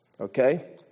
Okay